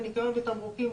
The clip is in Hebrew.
בניקיון ותמרוקים,